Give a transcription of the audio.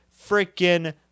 freaking